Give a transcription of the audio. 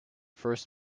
first